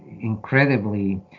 incredibly